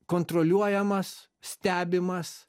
kontroliuojamas stebimas